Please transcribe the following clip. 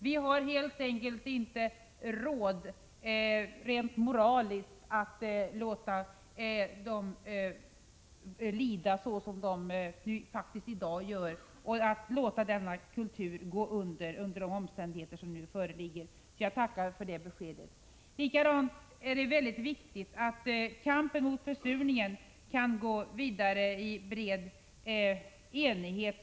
Vi har helt enkelt inte råd rent moraliskt att låta samerna lida så som de faktiskt i dag gör eller att låta deras kultur gå under — vilket det finns risk för under de omständigheter som nu föreligger. Jag tackar således för beskedet på den punkten. Likaså är det mycket viktigt att kampen mot försurning kan gå vidare under bred enighet.